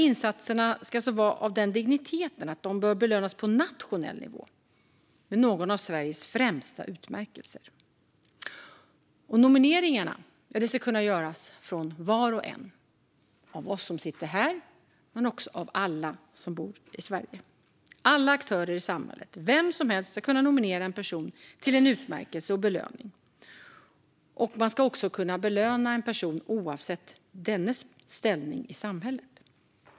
Insatserna ska vara av den digniteten att de bör belönas på nationell nivå med någon av Sveriges främsta utmärkelser. Nomineringarna ska kunna göras från var och en av oss som sitter här men också av alla som bor i Sverige. Alla aktörer i samhället, vem som helst, ska kunna nominera en person till en utmärkelse och belöning. Man ska också kunna belöna en person oavsett dennes ställning i samhället.